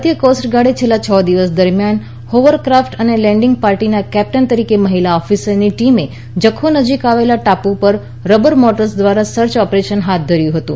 ભારતીય કોસ્ટગાર્ડે છેલ્લાં છ દિવસ દરમિયાન હોવરકાફ્ટ અને લેન્ડિંગ પાર્ટીના કેપ્ટન તરીકે મહિલા ઓફિસરની ટીમે જખૌ નજીક આવેલા ટાપુઓ પર રબર બોટર્સ દ્વારા સર્ચ ઓપરેશન હાથ ધર્યું હતું